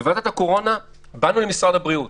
בוועדת הקורונה ביקשו ממשרד הבריאות